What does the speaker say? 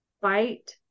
fight